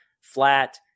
flat